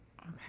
Okay